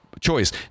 choice